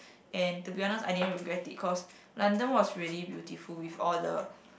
and to be honest I didn't regret it cause London was really beautiful with all the